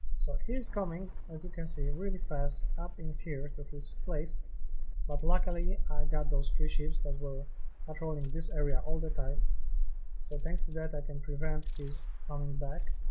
so he's coming as you can see really fast up in here to this place but luckily i got those two ships that were patrolling this area all the time so thanks to that i can prevent his coming back